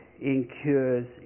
incurs